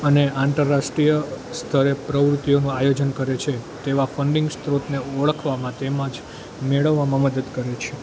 અને આંતરરાષ્ટ્રીય સ્તરે પ્રવૃતિઓનું આયોજન કરે છે તેવા ફંડિંગ સ્રોતને ઓળખવામાં તેમજ મેળવવામાં મદદ કરે છે